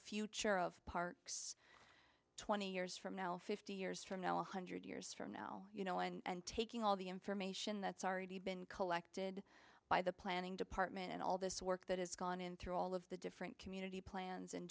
future of parks twenty years from now fifty years from now one hundred years from now you know and taking all the information that's already been collected by the planning department and all this work that has gone in through all of the different community plans